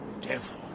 devil